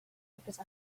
because